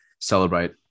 celebrate